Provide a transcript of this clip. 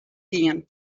gien